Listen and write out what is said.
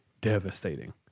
devastating